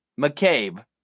McCabe